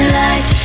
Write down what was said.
life